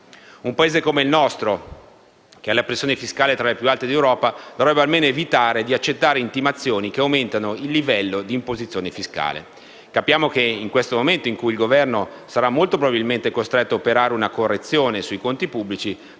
Un Paese come il nostro, che ha la pressione fiscale tra le più alte d'Europa, dovrebbe almeno evitare di accettare intimazioni che aumentino il livello di imposizione fiscale. Capiamo che in questo momento, in cui il Governo sarà molto probabilmente costretto ad operare una correzione sui conti pubblici,